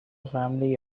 family